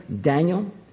Daniel